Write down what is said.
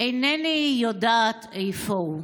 אינני יודעת איפה הוא."